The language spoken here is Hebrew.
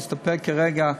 תסתפק כרגע,